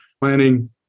planning